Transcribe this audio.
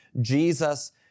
Jesus